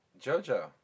JoJo